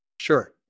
Sure